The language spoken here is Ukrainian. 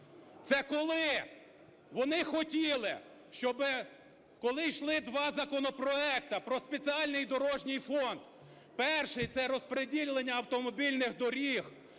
це коли вони хотіли, щоби коли йшли два законопроекти про спеціальний дорожній фонд, перше, це розпреділення автомобільних доріг,